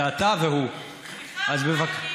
זה אתה והוא, אז בבקשה.